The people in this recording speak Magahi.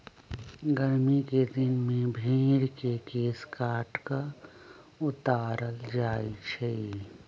गरमि कें दिन में भेर के केश काट कऽ उतारल जाइ छइ